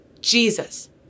Jesus